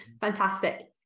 Fantastic